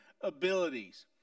abilities